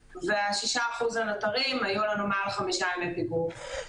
ול-6% הנותרים היו לנו מעל חמישה ימי פיגור.